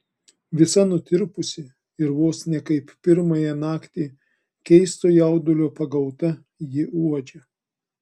visa nutirpusi ir vos ne kaip pirmąją naktį keisto jaudulio pagauta ji uodžia